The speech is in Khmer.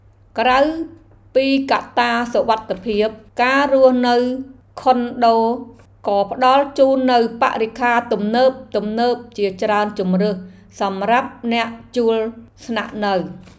ក្រៅពីកត្តាសុវត្ថិភាព ការរស់នៅខុនដូក៏ផ្តល់ជូននូវបរិក្ខារទំនើបៗជាច្រើនជម្រើសសម្រាប់អ្នកជួលស្នាក់នៅ។